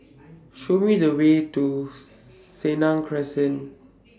Show Me The Way to Senang Crescent